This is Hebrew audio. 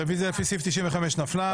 הרוויזיה לסעיף 95 לא התקבלה.